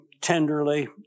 tenderly